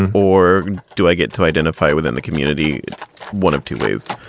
and or do i get to identify within the community one of two ways.